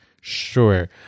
sure